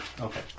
okay